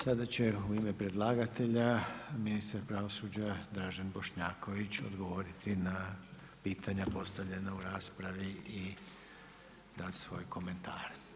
Sada će u ime predlagatelja ministra pravosuđa Dražen Bošnjaković odgovoriti na pitanja postavljena u raspravi i dati svoj komentar.